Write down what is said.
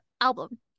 album